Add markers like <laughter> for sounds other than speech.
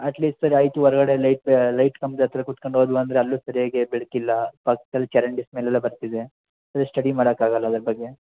at least night ಹೊರಗಡೆ light light ಕಂಬ್ದ ಹತ್ತಿರ ಕುತ್ಕಂಡು ಓದುವ ಅಂದರೆ ಅಲ್ಲೂ ಸರಿಯಾಗಿ ಬೆಳಕಿಲ್ಲ ಪಕ್ದಲ್ಲಿ ಚರಂಡಿ ಸ್ಮೆಲ್ಲೆಲ್ಲ ಬರ್ತಿದೆ ಸ್ಟಡಿ ಮಾಡಕ್ಕಾಗಲ್ಲಲ <unintelligible>